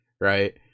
right